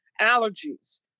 allergies